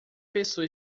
pessoa